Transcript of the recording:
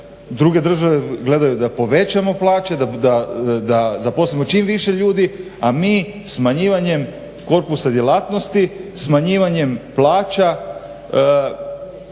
druge države gledaju da povećamo plaće, da zaposlimo čim više ljudi, a mi smanjivanjem korpusa djelatnosti, smanjivanjem plaća